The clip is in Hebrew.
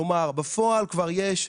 כלומר, בפועל כבר יש,